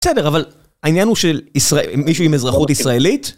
בסדר, אבל העניין הוא של מישהו עם אזרחות ישראלית?